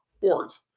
Boards